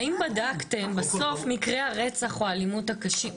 האם בדקתם בסוף מקרי הרצח או האלימות הקשים,